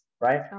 right